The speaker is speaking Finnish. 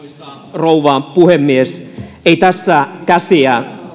rouva puhemies eivät tässä kokoomuslaiset käsiä